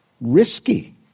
risky